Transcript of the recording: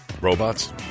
robots